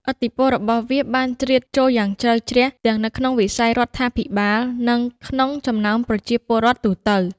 ឥទ្ធិពលរបស់វាបានជ្រៀតចូលយ៉ាងជ្រៅជ្រះទាំងនៅក្នុង វិស័យរដ្ឋាភិបាល និងក្នុងចំណោម ប្រជាពលរដ្ឋទូទៅ។